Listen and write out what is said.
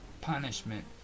punishment